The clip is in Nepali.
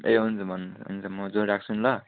ए हुन्छ भन्नु हुन्छ म जोड राख्छु नि ल